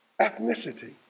ethnicity